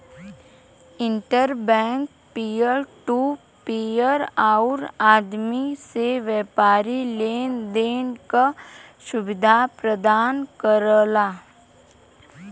inter bank peer to peer आउर आदमी से व्यापारी लेन देन क सुविधा प्रदान करला